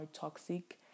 toxic